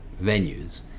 venues